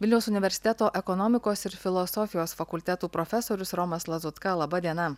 vilniaus universiteto ekonomikos ir filosofijos fakultetų profesorius romas lazutka laba diena